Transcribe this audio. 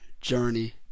journey